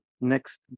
next